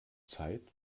zeit